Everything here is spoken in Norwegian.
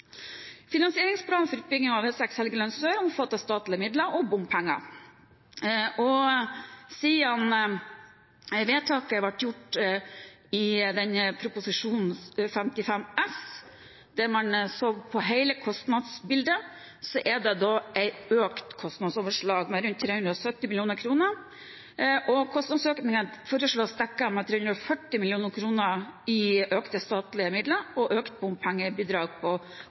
Finansieringsplanen for utbygging av E6 Helgeland sør omfatter statlige midler og bompenger. Siden vedtaket ble gjort i Prop. 55 S for 2013–2014, der man så på hele kostnadsbildet, har kostnadsoverslaget økt med rundt 370 mill. kr. Kostnadsøkningen foreslås dekket med 340 mill. kr i økte statlige midler og økte bompengebidrag på